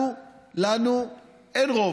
לנו אין רוב.